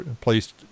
placed